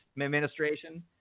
administration